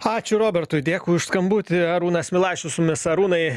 ačiū robertui dėkui už skambutį arūnas milašius su mes arūnai